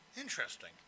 Interesting